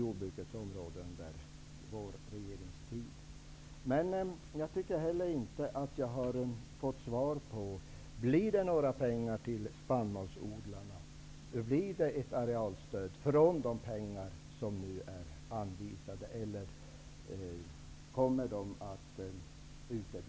Vidare tycker jag inte att jag har fått svar på frågan om det blir några pengar till spannmålsodlarna. Blir det alltså något arealstöd från de pengar som nu anvisats, eller uteblir de pengarna?